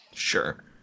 Sure